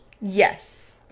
Yes